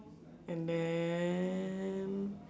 and then